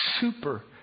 super